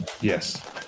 Yes